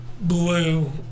blue